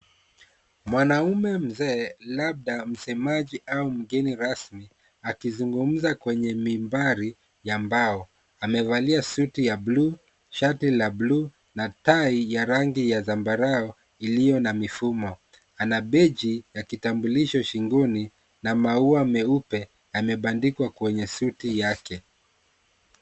Mwanaume mzee labda msemaji au mgeni rasmi akizungumza kwenye mimbari ya mbao. Amevalia suti ya bluu, shati la bluu na tai ya rangi ya zambarau iliyo na mifumo. Ana beji ya kitambulisho shingoni na maua meupe amebandikwa kwenye suti yake.